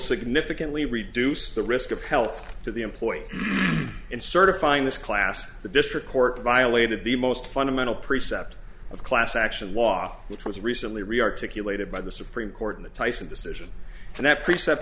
significantly reduce the risk of health to the employee in certifying this class the district court violated the most fundamental precept of class action law which was recently rearticulated by the supreme court in the tyson decision and that